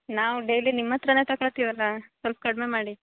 ನಾವು ಡೈಲಿ ನಿಮ್ಮ ಹತ್ರನೇ ತಗೊಳ್ತೀವಲ್ಲ ಸ್ವಲ್ಪ್ ಕಡಿಮೆ ಮಾಡಿ